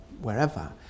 wherever